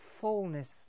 fullness